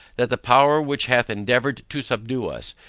that the power which hath endeavoured to subdue us,